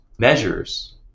measures